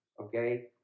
okay